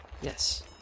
Yes